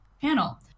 panel